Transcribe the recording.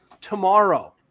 tomorrow